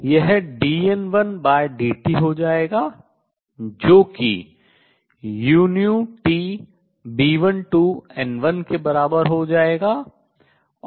यह dN1dt हो जाएगा जो कि uTB12N1 के बराबर हो जाएगा